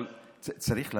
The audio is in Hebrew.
אבל צריך להבין,